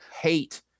hate